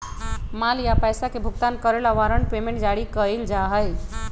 माल या पैसा के भुगतान करे ला वारंट पेमेंट जारी कइल जा हई